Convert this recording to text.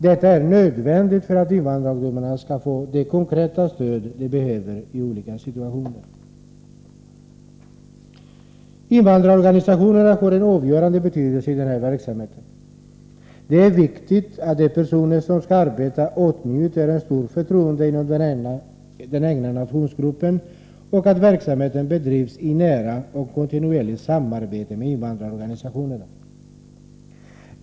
Detta är nödvändigt för att invandrarungdomarna skall få det konkreta stöd de behöver i olika situationer. Invandrarorganisationerna får en avgörande betydelse i den här verksamheten. Det är viktigt att de personer som skall arbeta åtnjuter ett stort förtroende inom den egna nationsgruppen och att verksamheten bedrivs i nära och kontinuerligt samarbete med invandrarorganisationerna.